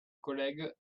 collègue